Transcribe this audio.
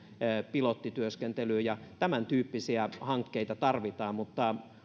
pilottityöskentelyyn ja tämäntyyppisiä hankkeita tarvitaan mutta